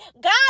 God